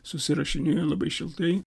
susirašinėjo labai šiltai